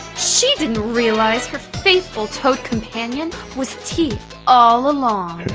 she didn't realize her faithful toad companion was t all along!